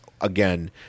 again